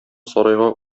сарайга